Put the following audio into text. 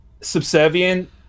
subservient